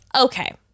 Okay